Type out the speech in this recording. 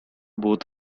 both